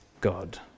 God